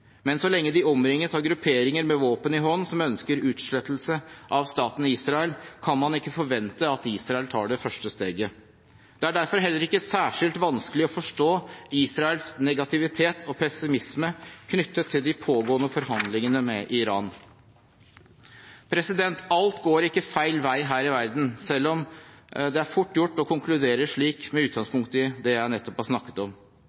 men så lenge de omringes av grupperinger med våpen i hånd som ønsker utslettelse av staten Israel, kan man ikke forvente at Israel tar det første steget. Det er derfor heller ikke særskilt vanskelig å forstå Israels negativitet og pessimisme knyttet til de pågående forhandlingene med Iran. Alt går ikke feil vei her i verden, selv om det er fort gjort å konkludere slik, med utgangspunkt i det jeg nettopp har snakket om.